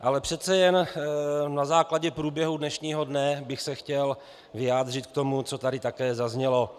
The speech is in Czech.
Ale přece jen na základě průběhu dnešního dne bych se chtěl vyjádřit k tomu, co tady také zaznělo.